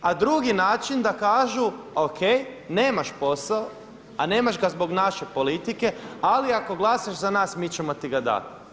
A drugi način da kažu o.k. nemaš posao, a nemaš ga zbog naše politike, ali ako glasaš za nas mi ćemo ti ga dati.